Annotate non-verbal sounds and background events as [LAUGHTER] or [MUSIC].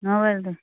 ᱦᱳᱭ [UNINTELLIGIBLE]